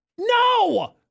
no